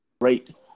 Great